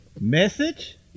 Message